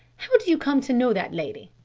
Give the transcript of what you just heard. how do you come to know that lady?